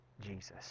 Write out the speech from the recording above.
Jesus